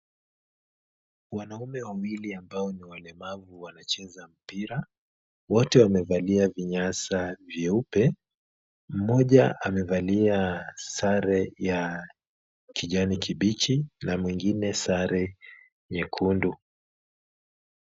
Wanaume wawili ambao ni walemavu wanacheza mpira. Wote wamevalia vinyasa vyeupe, mmoja amevalia sare ya kijani kibichi na mwingine sare nyekundu.